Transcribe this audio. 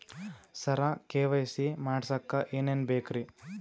ಸರ KYC ಮಾಡಸಕ್ಕ ಎನೆನ ಬೇಕ್ರಿ?